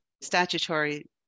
statutory